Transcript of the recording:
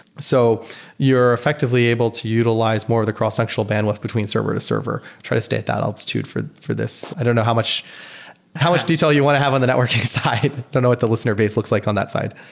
so you're effectively able to utilize more of the cross-sectional bandwidth between server-to-server, try to state that altitude for for this. i don't know how much how much detail you want to have on the networking side. i don't know what the listener base looks like on that side.